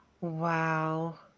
Wow